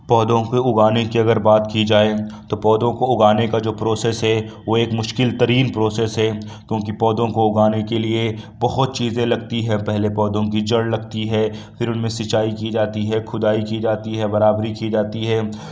پودوں کو اگانے کی اگر بات کی جائے تو پودوں کو اگانے کا جو پروسیس ہے وہ ایک مشکل ترین پروسیس ہے کیوںکہ پودوں کو اگانے کے لیے بہت چیزیں لگتی ہیں پہلے پودوں کی جڑ لگتی ہے پھر ان میں سینچائی کی جاتی ہے کھدائی کی جاتی ہے برابری کی جاتی ہے